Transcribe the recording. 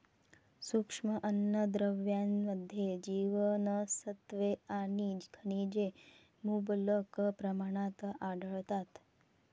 सूक्ष्म अन्नद्रव्यांमध्ये जीवनसत्त्वे आणि खनिजे मुबलक प्रमाणात आढळतात